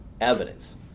evidence